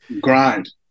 grind